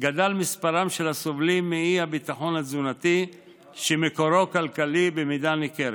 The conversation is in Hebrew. גדל מספרם של הסובלים מאי-ביטחון תזונתי שמקורו כלכלי במידה ניכרת.